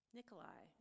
Nikolai